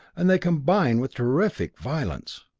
and they combine with terrific violence.